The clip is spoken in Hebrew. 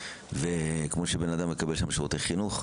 וכמו שאדם מקבל שם שירותי חינוך,